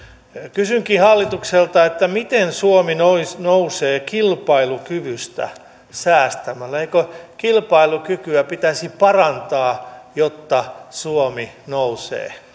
kysynkin hallitukselta miten suomi nousee kilpailukyvystä säästämällä eikö kilpailukykyä pitäisi parantaa jotta suomi nousee